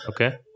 Okay